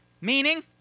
meaning